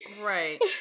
Right